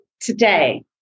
today